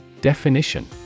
Definition